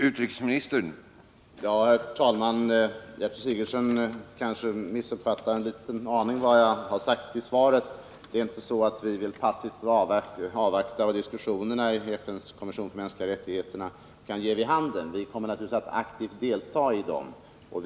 Herr talman! Gertrud Sigurdsen har tydligen en aning missuppfattat vad jag sagt i svaret. Det är inte så att vi vill passivt avvakta vad diskussionerna i FN:s kommission för de mänskliga rättigheterna kan ge vid handen, utan vi kommer naturligtvis att aktivt delta i dessa.